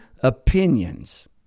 opinions